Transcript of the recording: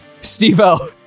Steve-O